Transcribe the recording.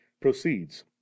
proceeds